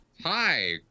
hi